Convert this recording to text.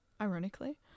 ironically